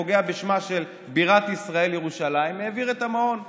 פוגע בשמה של בירת ישראל ירושלים והעביר את המעון לרעננה.